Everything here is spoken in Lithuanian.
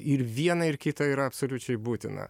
ir viena ir kita yra absoliučiai būtina